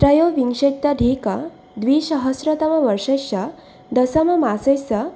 त्रयोविंशत्यधिकद्विसहस्रतमवर्षस्य दशममासस्य